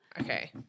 Okay